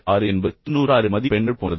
6 என்பது 96 மதிப்பெண்கள் போன்றது